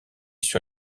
sur